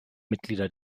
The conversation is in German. mitglieder